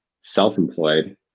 self-employed